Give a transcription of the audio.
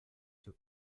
acte